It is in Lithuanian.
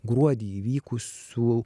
gruodį įvykusių